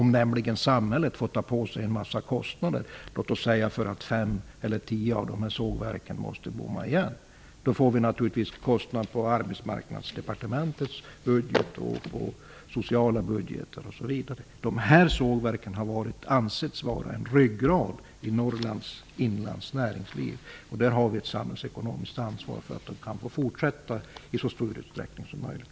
Samhället får ta på sig en mängd kostnader för att 5--10 av sågverken måste bomma igen. Då blir det naturligtvis en belastning på Arbetsmarknadsdepartementets budget och den sociala budgeten osv. De sågverken har ansetts vara en ryggrad i Norrlands inlands näringsliv. Vi har ett samhällsekonomiskt ansvar att de kan få fortsätta i så stor utsträckning som möjligt.